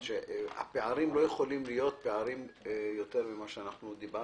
הפערים לא יכולים להיות גדולים יותר מאשר אנחנו דיברנו.